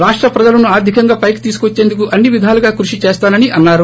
రాష్ట ప్రజలను ఆర్థికంగా పైకి తీసుకువచ్చేందుకు అన్ని విధాలుగా కృషి చేస్తానని తన్నారు